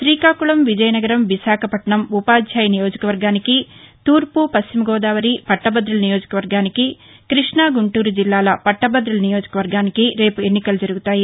శ్రీకాకుళం విజయనగరం విశాఖపట్నం ఉపాధ్యాయ నియోజకవర్గానికి తూర్పు పశ్చిమ గోదావరి పట్టభదుల నియోజకవర్గానికి కృష్ణా గుంటూరు జిల్లాల పట్టభదుల నియోజక వర్గానికి రేపు ఎన్నికలు జరుగుతాయి